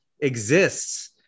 exists